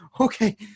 okay